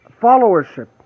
followership